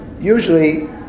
usually